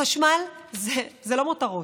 חשמל זה לא מותרות.